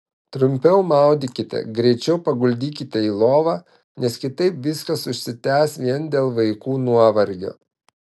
trumpiau maudykite greičiau paguldykite į lovą nes kitaip viskas užsitęs vien dėl vaikų nuovargio